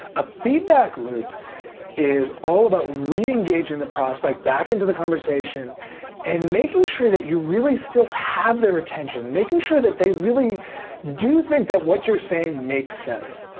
a feedback loop is all about reengaging the prospect back into the conversation and making sure that you really still have their attention. making sure that they really do think that what you're saying makes sense.